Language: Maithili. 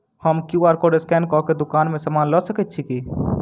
हम क्यू.आर कोड स्कैन कऽ केँ दुकान मे समान लऽ सकैत छी की?